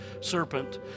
serpent